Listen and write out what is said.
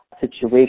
situation